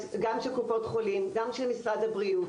גם של קופות חולים גם של משרד הבריאות,